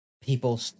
people